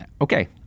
okay